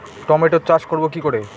টমেটোর চাষ করব কি করে?